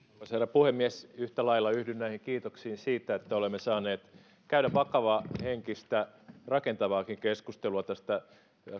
herra puhemies yhtä lailla yhdyn näihin kiitoksiin siitä että olemme saaneet käydä vakavahenkistä rakentavaakin keskustelua tästä